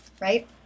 Right